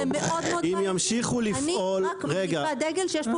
זה מאוד מאוד --- אני רק מרימה דגל שיש פה